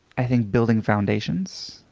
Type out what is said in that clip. i think building foundations,